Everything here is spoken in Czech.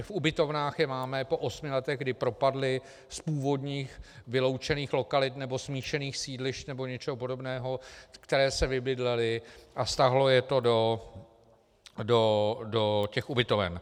V ubytovnách je máme po osmi letech, kdy propadli z původních vyloučených lokalit nebo smíšených sídlišť nebo něčeho podobného, které se vybydlely, a stáhlo je to do ubytoven.